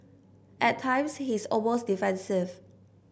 at times he is almost defensive